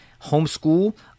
homeschool